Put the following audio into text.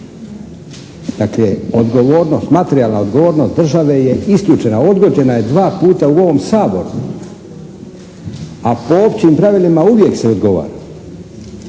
Dakle odgovornost, materijalna odgovornost države je isključena, odgođena je dva puta u ovom Saboru, a po općim pravilima uvijek se odgovara,